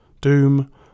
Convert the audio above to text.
Doom